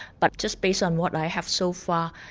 but just based on what i have so far,